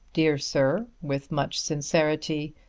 dear sir, with much sincerity,